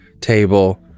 table